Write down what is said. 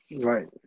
Right